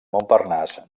montparnasse